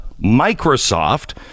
microsoft